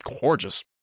gorgeous